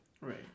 Right